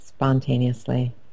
spontaneously